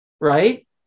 right